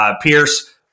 Pierce